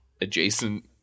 adjacent